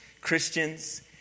Christians